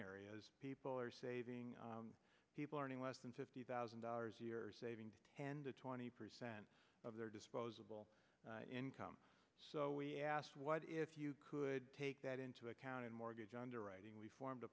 areas people are saving people earning less than fifty thousand dollars a year saving and a twenty percent of their disposable income so we asked what if you could take that into account and mortgage underwriting we formed a